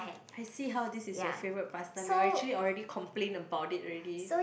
I see how this is your favourite pass time you actually already complained about it already